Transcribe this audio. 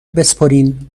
بسپرین